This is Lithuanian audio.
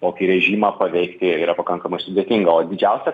tokį režimą paveikti yra pakankamai sudėtinga o didžiausia